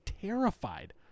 terrified